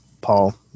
Paul